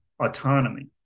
autonomy